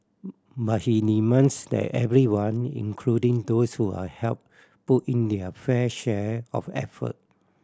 but he demands that everyone including those who are helped put in their fair share of effort